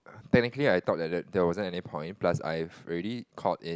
technically I thought that there wasn't any point plus I have already called in